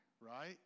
Right